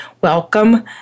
welcome